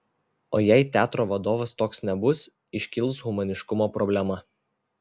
o jei teatro vadovas toks nebus iškils humaniškumo problema